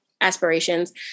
aspirations